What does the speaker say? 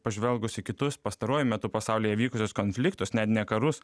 pažvelgus į kitus pastaruoju metu pasaulyje vykusius konfliktus net ne karus